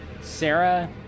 sarah